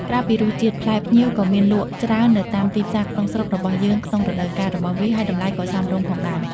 ក្រៅពីរសជាតិ ផ្លែផ្ញៀវក៏មានលក់ច្រើននៅតាមទីផ្សារក្នុងស្រុករបស់យើងក្នុងរដូវកាលរបស់វា ហើយតម្លៃក៏សមរម្យផងដែរ។